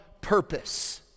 purpose